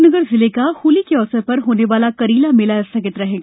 अशोक नगर जिले का होली अवसर पर होने वाला करीला मेला स्थगित रहेगा